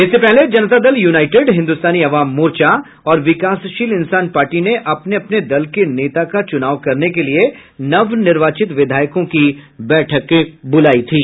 इससे पहले जनता दल यूनाईटेड हिन्दुस्तानी अवाम मोर्चा और विकासशील इंसान पार्टी ने अपने अपने दल के नेता का चुनाव करने के लिए नव निर्वाचित विधायकों की बैठकें बुलाई थीं